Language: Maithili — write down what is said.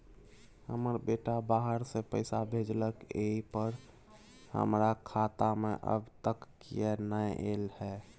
हमर बेटा बाहर से पैसा भेजलक एय पर हमरा खाता में अब तक किये नाय ऐल है?